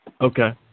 Okay